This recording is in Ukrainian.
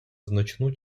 значну